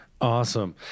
Awesome